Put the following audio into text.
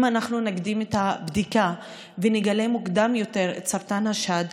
אם אנחנו נקדים את הבדיקה ונגלה מוקדם יותר את סרטן השד,